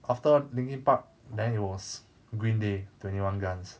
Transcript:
after linkin park then it was green day twenty one guns